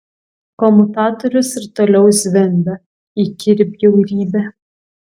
komutatorius ir toliau zvimbia įkyri bjaurybė